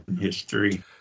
history